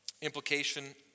Implication